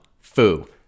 Fu